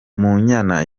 munyana